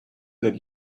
that